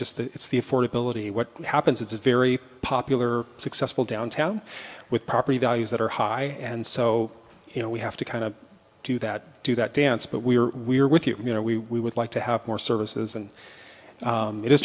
just it's the affordability what happens it's a very popular successful downtown with property values that are high and so you know we have to kind of do that do that dance but we are we are with you know we we would like to have more services and it is